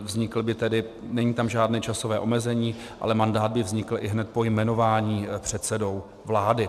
Vznikl by tady, není tam žádné časové omezení, ale mandát by vznikl ihned po jmenování předsedou vlády.